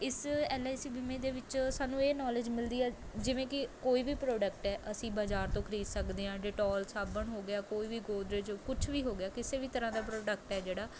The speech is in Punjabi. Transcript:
ਇਸ ਐੱਲ ਆਈ ਸੀ ਬੀਮੇ ਦੇ ਵਿੱਚ ਸਾਨੂੰ ਇਹ ਨੌਲੇਜ਼ ਮਿਲਦੀ ਹੈ ਜਿਵੇਂ ਕਿ ਕੋਈ ਵੀ ਪ੍ਰੋਡਕਟ ਹੈ ਅਸੀਂ ਬਜ਼ਾਰ ਤੋਂ ਖ਼ਰੀਦ ਸਕਦੇ ਹਾਂ ਡੀਟੋਲ ਸਾਬਣ ਹੋ ਗਿਆ ਕੋਈ ਵੀ ਗੌਦਰੇਜ ਕੁਛ ਵੀ ਹੋ ਗਿਆ ਕਿਸੇ ਵੀ ਤਰ੍ਹਾਂ ਦਾ ਪ੍ਰੋਡਕਟ ਹੈ ਜਿਹੜਾ